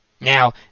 Now